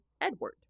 Edward